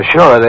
Sure